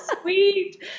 sweet